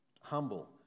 humble